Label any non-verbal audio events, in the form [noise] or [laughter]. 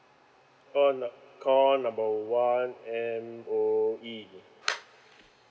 call num~ call number one M_O_E [noise]